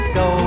go